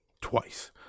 twice